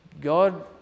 God